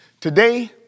Today